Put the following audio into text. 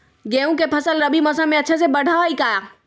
गेंहू के फ़सल रबी मौसम में अच्छे से बढ़ हई का?